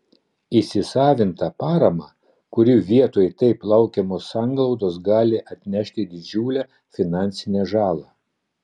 įsisavintą paramą kuri vietoj taip laukiamos sanglaudos gali atnešti didžiulę finansinę žalą